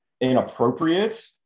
inappropriate